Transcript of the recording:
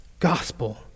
gospel